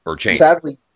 Sadly